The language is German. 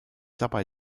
dabei